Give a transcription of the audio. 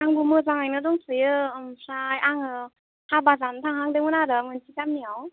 आंबो मोजाङैनो दंसोयो ओमफ्राय आङो हाबा जानो थांहांदोंमोन आरो मोनसे गामियाव